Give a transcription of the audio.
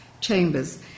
Chambers